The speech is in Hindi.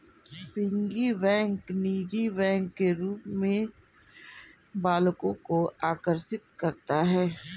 पिग्गी बैंक निजी बैंक के रूप में बालकों को आकर्षित करता है